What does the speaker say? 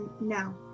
now